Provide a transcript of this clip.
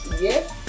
yes